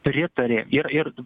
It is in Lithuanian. pritarė ir ir